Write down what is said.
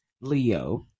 Leo